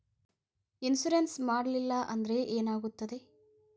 Insurance ಮಾಡಲಿಲ್ಲ ಅಂದ್ರೆ ಏನಾಗುತ್ತದೆ?